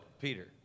Peter